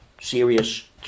Serious